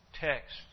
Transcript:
text